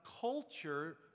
culture